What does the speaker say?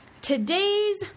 Today's